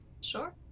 sure